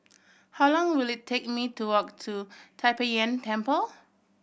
how long will it take me to walk to Tai Pei Yuen Temple